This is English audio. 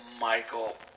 Michael